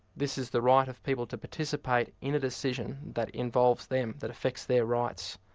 this is the right of people to participate in a decision that involves them, that affects their rights,